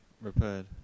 repaired